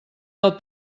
del